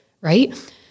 Right